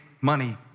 money